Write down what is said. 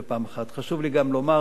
חשוב לי גם לומר, אדוני היושב-ראש,